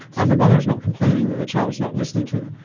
and the mother is not complaining that the child is not listening to them.